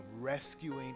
rescuing